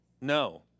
No